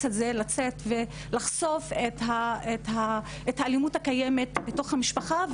הזה של לצאת ולחשוף את האלימות הקיימת בתוך המשפחה,